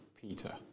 Peter